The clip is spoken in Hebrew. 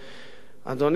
אדוני ראש הממשלה,